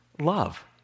love